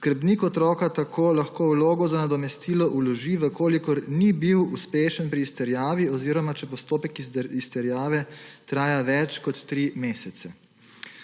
Skrbnik otroka tako lahko vlogo za nadomestilo vloži, če ni bil uspešen pri izterjavi oziroma če postopek izterjave traja več kot 3 mesece.